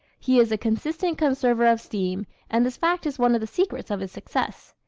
he is a consistent conserver of steam and this fact is one of the secrets of his success.